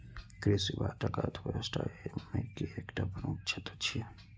कृषि भारतक अर्थव्यवस्था के एकटा प्रमुख क्षेत्र छियै